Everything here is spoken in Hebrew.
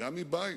גם מבית.